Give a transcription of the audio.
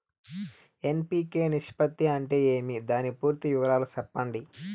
NPK నిష్పత్తి అంటే ఏమి దాని పూర్తి వివరాలు సెప్పండి?